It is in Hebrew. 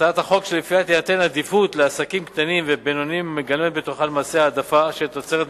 החובה לאפשר לעסקים קטנים ובינוניים להשתתף במכרזים.